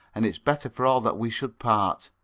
and it's better for all that we should part.